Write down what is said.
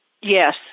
yes